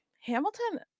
Hamilton